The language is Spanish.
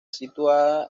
situada